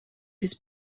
his